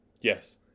Yes